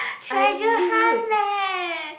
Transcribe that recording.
treasure hunt leh